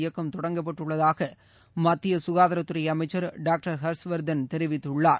இயக்கம் தொடங்கப்பட்டுள்ளதாக மத்திய சுகாதாரத்துறை அமைச்சர் டாக்டர் ஹர்ஷ்வர்தன் தெரிவித்துள்ளார்